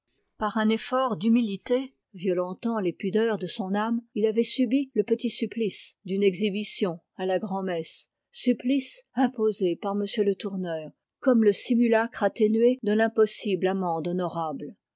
par un effort d'humilité violentant les pudeurs de son âme il avait subi le petit supplice d'une exhibition à la grand-messe supplice imposé par m le tourneur comme le simulacre atténué de l'impossible amende honorable